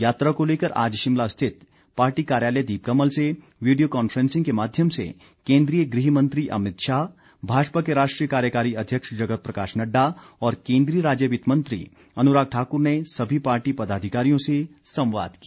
यात्रा को लेकर आज शिमला स्थित पार्टी कार्यालय दीपकमल से वीडियो कांफ्रेंसिंग के माध्यम से केन्द्रीय गृह मंत्री अमितशाह भाजपा के राष्ट्रीय कार्यकारी अध्यक्ष जगत प्रकाश नड्डा और केन्द्रीय राज्य वित्त मंत्री अनुराग ठाकुर ने सभी पार्टी पदाधिकारियों से संवाद किया